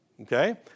Okay